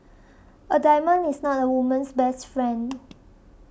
a diamond is not a woman's best friend